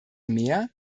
mehr